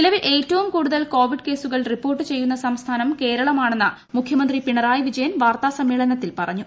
നിലവിൽ ഏറ്റവും കൂടുതൽ കോവിഡ് കേസുകൾ റിപ്പോർട്ട് ചെയ്യുന്ന സംസ്ഥാനം കേരളം ആണെന്ന് മുഖ്യമന്ത്രി പിണറായി വിജയൻ വാർത്താസമ്മേളനത്തിൽ പറഞ്ഞു